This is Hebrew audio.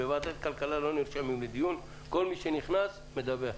בוועדת כלכלה לא נרשמים לדיון כל מי שנכנס ורוצה מדבר.